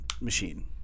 machine